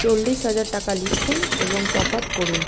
চল্লিশ হাজার টাকা লিখুন এবং টপ আপ করুন